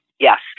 Yes